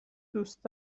دوست